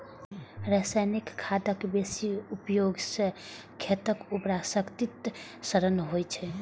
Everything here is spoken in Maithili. रासायनिक खादक बेसी उपयोग सं खेतक उर्वरा शक्तिक क्षरण होइ छै